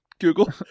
Google